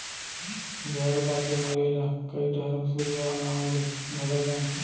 जहरबाद बेमारी ल कइ डहर सूजवा नांव ले घलौ जानथें